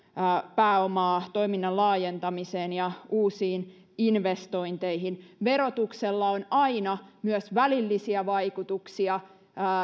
pääomaa toiminnan laajentamiseen ja uusiin investointeihin verotuksella on aina myös välillisiä vaikutuksia